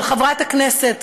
של חברת הכנסת,